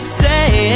say